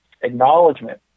acknowledgement